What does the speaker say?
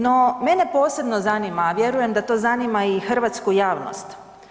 No, mene posebno zanima, a vjerujem da to zanima i hrvatsku javnost.